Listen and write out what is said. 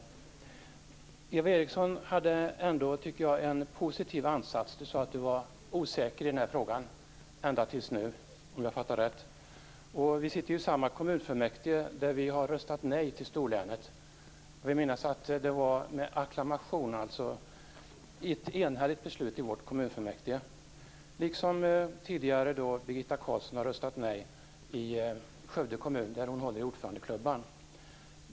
Eva Eriksson hade ändå en positiv ansats. Hon sade att hon har varit osäker i den här frågan ända tills nu, om jag uppfattade det rätt. Vi sitter ju i samma kommunfullmäktige, där vi har röstat nej till storlänet. Jag vill minnas att det skedde med acklamation. Det var alltså ett enhälligt beslut i vårt kommunfullmäktige. Likaså har Birgitta Carlsson tidigare röstat nej i Skövde kommun, där hon håller i ordförandeklubban.